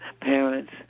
parents